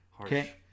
Okay